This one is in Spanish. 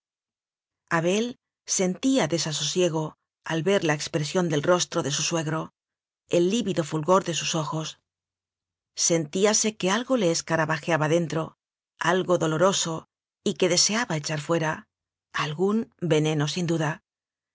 abel sentía desasosiego al ver la expre sión del rostro de su suegro el lívido fulgor de sus ojos sentíase que algo le escara bajeaba dentro algo doloroso y que deseaba echar fuera algún veneno sin duda